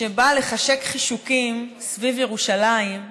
שבא לחשק חישוקים סביב ירושלים,